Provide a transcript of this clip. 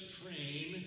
train